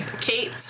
Kate